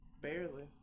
Barely